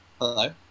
Hello